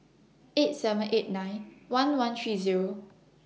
eight seven eight nine one one three Zero